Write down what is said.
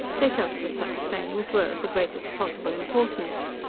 they felt that such sayings were of the greatest possible importance.